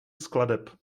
skladeb